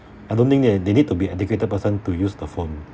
I don't think that they need to be educated person to use the phone